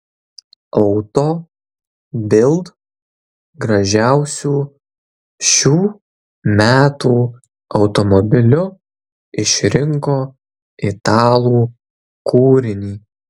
auto bild gražiausiu šių metų automobiliu išrinko italų kūrinį